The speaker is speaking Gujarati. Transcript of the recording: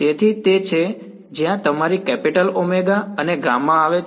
તેથી તે તે છે જ્યાં તમારી કેપિટલ ઓમેગા અને ગામા આવે છે